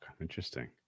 interesting